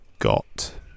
got